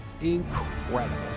incredible